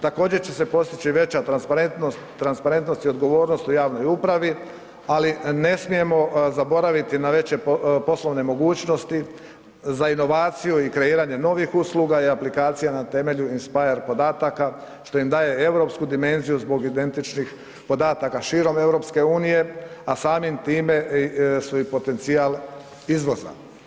Također će se postići veća transparentnost, transparentnost i odgovornost u javnoj upravi, ali ne smijemo zaboraviti na veće poslovne mogućnosti, za inovaciju i kreiranje novih usluga i aplikacija na temelju INSPIRE podataka što im daje europsku dimenziju zbog identičnih podataka širom EU, a samim time su i potencijal izvoza.